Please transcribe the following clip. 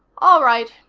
all right,